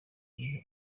iyo